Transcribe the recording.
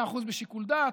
ב-100% שיקול דעת.